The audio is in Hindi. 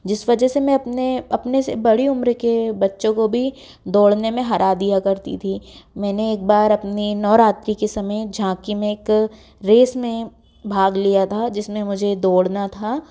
जिस वजह से मैं अपने अपने से बड़ी उम्र के बच्चों को भी दौड़ने में हरा दिया करती थी मैंने एक बार अपने नौरात्री के समय झाँकी में एक रेस में भाग लिया था जिसमें मुझे दौड़ना था